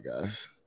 guys